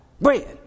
bread